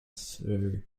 through